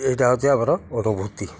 ଏଇଟା ହେଉଛି ଆମର ଅନୁଭୂତି